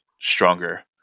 stronger